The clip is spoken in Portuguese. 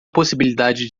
possibilidade